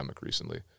recently